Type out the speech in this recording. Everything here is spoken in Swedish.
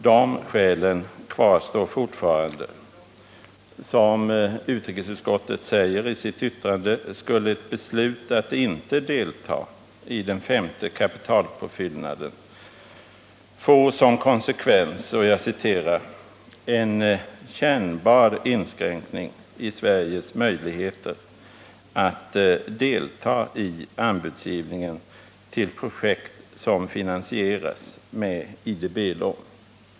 De skälen kvarstår fortfarande. Som utrikesutskottet säger i sitt yttrande skulle ett beslut att inte delta i den femte kapitalpåfyllnaden få som konsekvens ”en kännbar inskränkning i Sveriges möjligheter att delta i anbudsgivningen till projekt som finansieras med IDB-lån”.